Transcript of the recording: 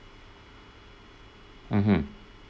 mmhmm